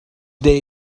day